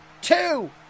two